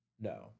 no